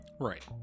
right